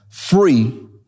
Free